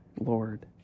Lord